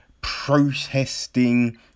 protesting